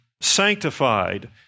sanctified